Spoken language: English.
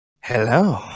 Hello